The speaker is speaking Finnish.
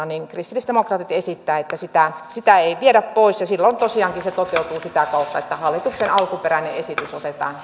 niin kristillisdemokraatit esittävät että sitä sitä ei viedä pois ja silloin tosiaankin se toteutuu sitä kautta että hallituksen alkuperäinen esitys otetaan